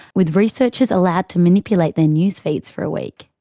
with researchers allowed to manipulate their news feeds for a week.